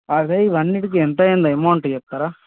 అదే ఇవి అన్నింటికి ఎంత అయింది అమౌంట్ చెప్తారా